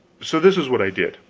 so this is what i did.